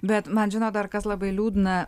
bet man žinot dar kas labai liūdna